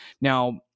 Now